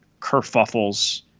kerfuffles